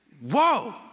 whoa